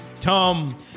Tom